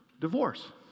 divorce